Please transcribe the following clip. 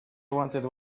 wanted